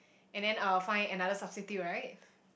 and then uh find another substitute right